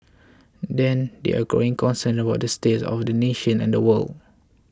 then there are growing concerns about the state of the nation and the world